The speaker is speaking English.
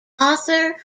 author